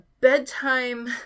bedtime